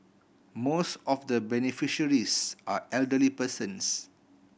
most of the beneficiaries are elderly persons